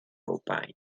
opined